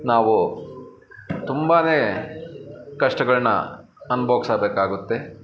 ನಾವು ತುಂಬಾ ಕಷ್ಟಗಳ್ನ ಅನ್ಬೋಗಿಸಬೇಕಾಗುತ್ತೆ